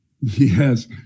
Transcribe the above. Yes